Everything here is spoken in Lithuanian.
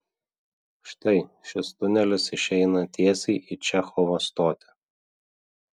štai šis tunelis išeina tiesiai į čechovo stotį